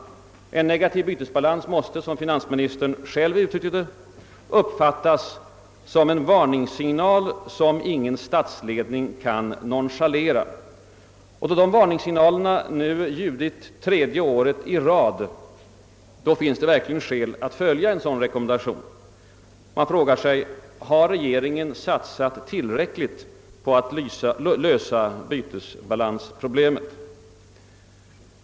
En negativ bytesbalans måste, som finansministern själv uttryckte det, uppfattas »som en varningssignal som ingen statsledning kan nonchalera». Då dessa varningssignaler nu ljudit tre år i rad finns det verkligen skäl att följa en sådan rekommendation. Man frågar sig: Har regeringen satsat tillräckligt på att lösa bytesbalansproblemet?